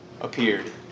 appeared